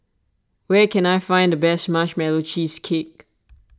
where can I find the best Marshmallow Cheesecake